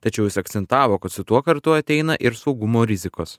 tačiau jis akcentavo kad su tuo kartu ateina ir saugumo rizikos